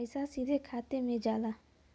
पइसा सीधे खाता में जाला